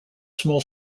small